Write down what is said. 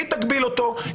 היא תגביל אותו,